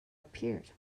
appeared